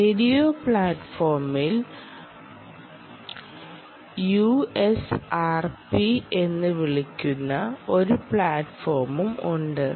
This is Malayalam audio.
റേഡിയോ പ്ലാറ്റ്ഫോമിൽ യുഎസ്ആർപി എന്ന് വിളിക്കുന്ന ഒരു പ്ലാറ്റ്ഫോം ഉണ്ട്